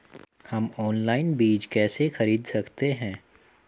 हम ऑनलाइन बीज कैसे खरीद सकते हैं?